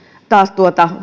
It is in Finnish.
taas